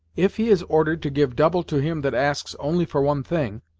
if he is ordered to give double to him that asks only for one thing,